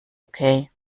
okay